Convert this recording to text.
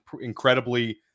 incredibly